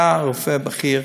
היה רופא בכיר.